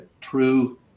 true